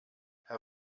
herr